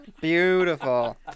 Beautiful